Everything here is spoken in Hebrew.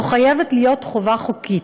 זו חייבת להיות חובה חוקית.